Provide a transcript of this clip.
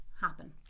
happen